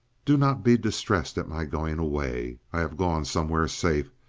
do not be distressed at my going away. i have gone somewhere safe,